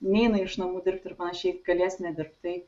neina iš namų dirbti ir panašiai galės nedirbt tai